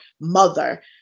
mother